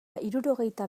hirurogeita